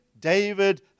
David